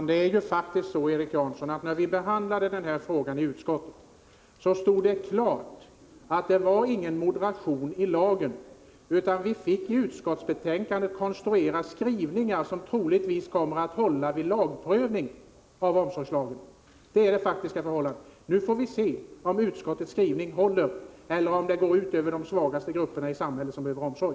Herr talman! När vi behandlade den här frågan i utskottet, Erik Janson, stod det klart att det inte fanns någon moderation i lagen, utan vi fick i utskottsbetänkandet konstruera skrivningar som troligtvis kommer att hålla vid en lagprövning av omsorgslagen. Detta är det faktiska förhållandet. Nu får vi se om utskottets skrivning håller, eller om det går ut över de svagaste grupperna i samhället, vilka behöver omsorg.